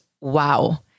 Wow